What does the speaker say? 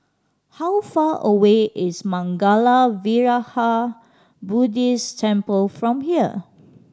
how far away is Mangala Vihara Buddhist Temple from here